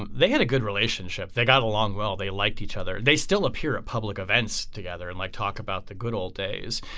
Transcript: and they had a good relationship. they got along well they liked each other. they still appear at public events together and like talk about the good old days.